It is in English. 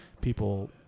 people